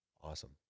Awesome